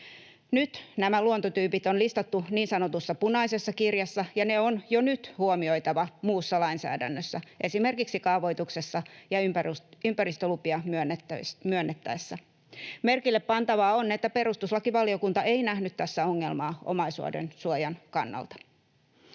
Nyt nämä luontotyypit on listattu niin sanotussa punaisessa kirjassa, ja ne on jo nyt huomioitava muussa lainsäädännössä, esimerkiksi kaavoituksessa ja ympäristölupia myönnettäessä. Merkillepantavaa on, että perustuslakivaliokunta ei nähnyt tässä ongelmaa omaisuudensuojan kannalta.